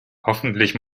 hoffentlich